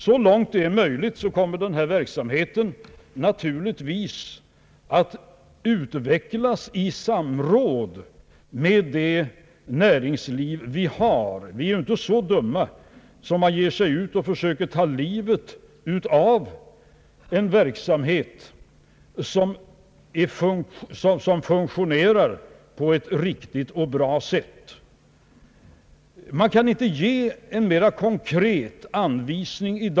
Så långt det är möjligt kommer denna verksamhet naturligtvis att utvecklas i samråd med det näringsliv vi har. Vi är ju inte så dumma att vi försöker ta livet av en verksamhet som funktionerar riktigt och bra. Men i dag kan man inte ge en mera konkret anvisning.